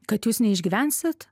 kad jūs neišgyvensit